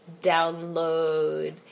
Download